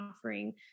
offering